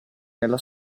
nella